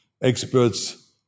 experts